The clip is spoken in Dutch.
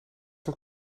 het